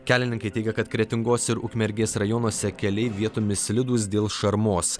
kelininkai teigia kad kretingos ir ukmergės rajonuose keliai vietomis slidūs dėl šarmos